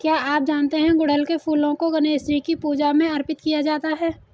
क्या आप जानते है गुड़हल के फूलों को गणेशजी की पूजा में अर्पित किया जाता है?